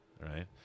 right